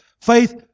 Faith